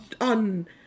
on